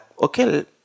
okay